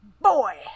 Boy